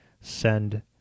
Send